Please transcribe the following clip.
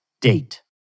date